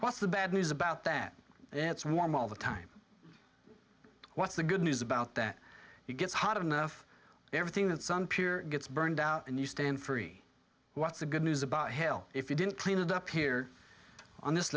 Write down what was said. what's the bad news about that it's warm all the time what's the good news about that it gets hot enough everything that some peer gets burned out and you stand for what's the good news about hell if you didn't clean it up here on this